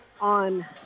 on